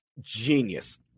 genius